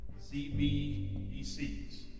CBDCs